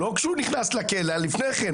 לא כשהוא נכנס לכלא, אלא לפני כן.